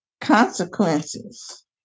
consequences